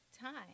time